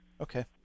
Okay